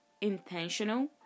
intentional